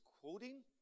quoting